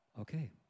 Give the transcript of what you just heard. okay